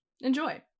Enjoy